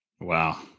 Wow